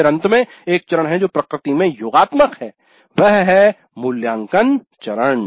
फिर अंत में एक चरण है जो प्रकृति में योगात्मक है - वह है मूल्यांकन चरण